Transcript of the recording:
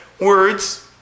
Words